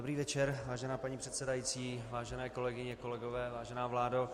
Dobrý večer, vážená paní předsedající, vážené kolegyně, kolegové, vážená vládo.